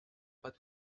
pas